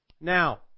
Now